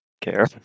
care